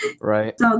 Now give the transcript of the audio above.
Right